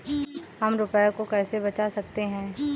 हम रुपये को कैसे बचा सकते हैं?